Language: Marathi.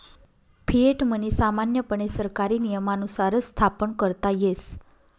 फिएट मनी सामान्यपणे सरकारी नियमानुसारच स्थापन करता येस